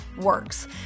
works